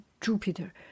Jupiter